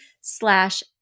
slash